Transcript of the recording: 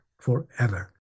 forever